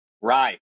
right